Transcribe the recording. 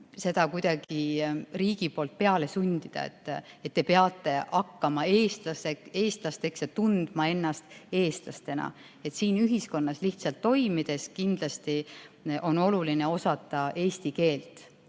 seda kuidagi riigi poolt peale sundida, et te peate hakkama eestlasteks ja tundma ennast eestlastena. Lihtsalt siin ühiskonnas toimides on kindlasti oluline osata eesti keelt.